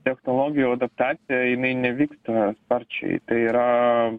technologijų adaptacija jinai nevyksta sparčiai tai yra